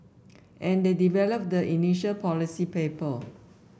and they develop the initial policy paper